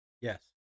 yes